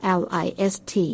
list